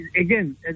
again